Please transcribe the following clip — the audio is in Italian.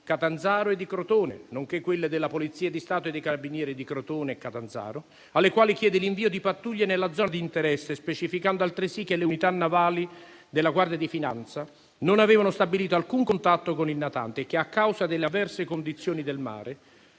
Catanzaro e di Crotone, nonché quelle della Polizia di Stato e dei Carabinieri di Crotone e Catanzaro, alle quali chiede l'invio di pattuglie nella zona di interesse, specificando altresì che le unità navali della Guardia di finanza non avevano stabilito alcun contatto con il natante e che, a causa delle avverse condizioni del mare,